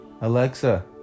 Alexa